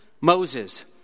Moses